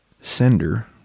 Sender